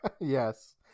Yes